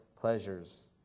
pleasures